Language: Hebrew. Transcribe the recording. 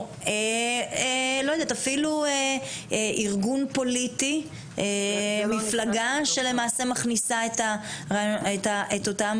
אפילו ארגון פוליטי, מפלגה שלמעשה מכניסה את אותם